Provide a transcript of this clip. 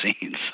scenes